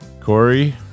Corey